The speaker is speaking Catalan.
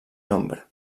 nombre